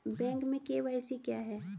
Bank में KYC क्या है?